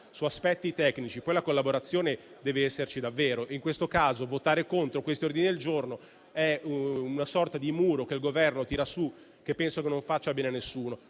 su aspetti tecnici, poi la collaborazione dev'esserci davvero. In questo caso, votare contro l'ordine del giorno in esame è una sorta di muro che il Governo tira su, che penso non faccia bene a nessuno.